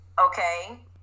okay